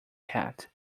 cat